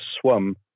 swum